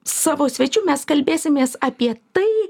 savo svečiu mes kalbėsimės apie tai